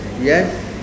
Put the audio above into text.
Yes